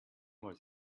was